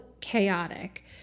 chaotic